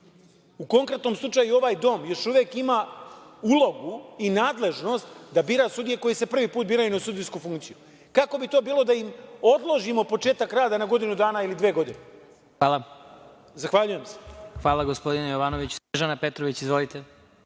u konkretnom slučaju ovaj dom još uvek ima ulogu i nadležnost da bira sudije koje se prvi put biraju na sudijsku funkciju. Kako bi to bilo da im odložimo početak rada na godinu dana ili dve godine? Zahvaljujem. **Vladimir Marinković** Hvala gospodine Jovanoviću. Reč ima Snežana Petrović. Izvolite.